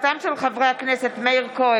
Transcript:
בעקבות דיון מהיר בהצעתם של חברי הכנסת מאיר כהן,